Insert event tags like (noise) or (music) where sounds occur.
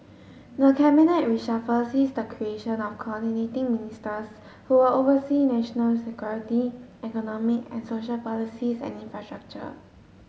(noise) the cabinet reshuffle sees the creation of Coordinating Ministers who'll oversee national security economic and social policies and infrastructure